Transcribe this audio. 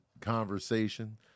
conversation